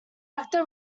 actor